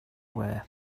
wear